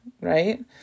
right